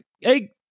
hey